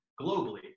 globally